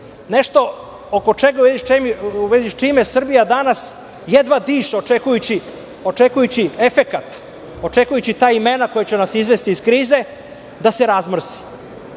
nešto u vezi sa čime Srbija danas jedva diše očekujući efekat, očekujući ta imena koja će nas izvesti iz krize, da se razmrsi. Kada